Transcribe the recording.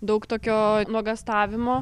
daug tokio nuogąstavimo